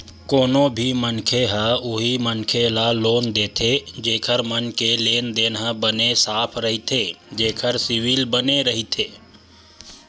कोनो भी मनखे ह उही मनखे ल लोन देथे जेखर मन के लेन देन ह बने साफ रहिथे जेखर सिविल बने रहिथे